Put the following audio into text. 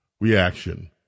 reaction